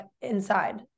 inside